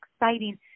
exciting